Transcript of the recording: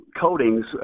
Coatings